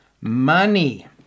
money